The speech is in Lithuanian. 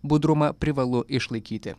budrumą privalu išlaikyti